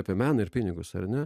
apie meną ir pinigus ar ne